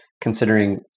considering